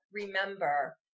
remember